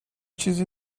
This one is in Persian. چیزی